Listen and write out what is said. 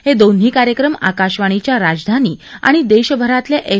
हे दोन्ही कार्यक्रम आकाशवाणीच्या राजधानी आणि देशभरातल्या एफ